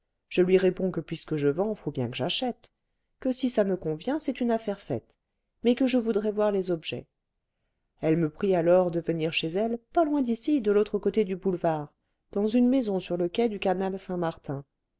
je lui réponds que puisque je vends faut bien que j'achète que si ça me convient c'est une affaire faite mais que je voudrais voir les objets elle me prie alors de venir chez elle pas loin d'ici de l'autre côté du boulevard dans une maison sur le quai du canal saint-martin